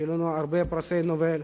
שיהיו לנו הרבה פרסי נובל,